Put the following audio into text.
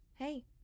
Hey